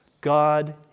God